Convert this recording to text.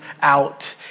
out